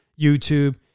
YouTube